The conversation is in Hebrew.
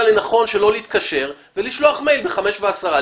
לנכון שלא להתקשר ולשלוח מייל ב-17:10.